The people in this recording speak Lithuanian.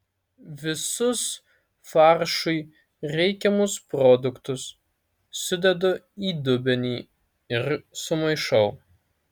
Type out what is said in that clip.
visus faršui reikiamus produktus sudedu į dubenį ir sumaišau